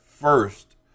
first